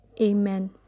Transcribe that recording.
amen